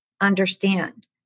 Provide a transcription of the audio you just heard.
understand